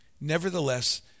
Nevertheless